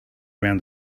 around